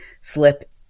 slip